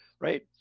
right